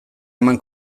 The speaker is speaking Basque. eman